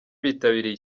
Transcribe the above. bitabiriye